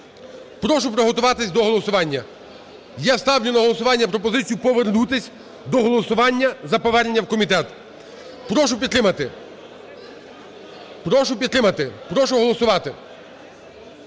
Прошу приготуватись до голосування. Я ставлю на голосування пропозицію повернутись до голосування за повернення в комітет. Прошу підтримати. Прошу підтримати. Прошу голосувати.